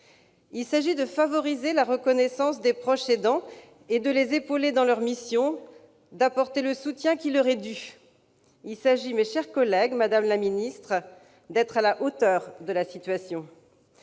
Il s'agit de favoriser la reconnaissance des proches aidants, de les épauler dans leur mission et de leur apporter le soutien qui leur est dû. Il s'agit, mes chers collègues, madame la secrétaire d'État, d'être à la hauteur de la situation.